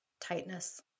tightness